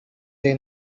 they